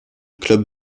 club